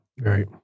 right